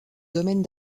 domaines